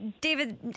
David